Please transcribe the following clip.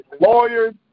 lawyers